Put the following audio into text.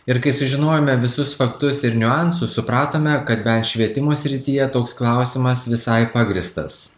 ir kai sužinojome visus faktus ir niuansus supratome kad švietimo srityje toks klausimas visai pagrįstas